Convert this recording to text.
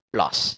Plus